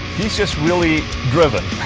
he's just really driven